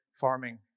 farming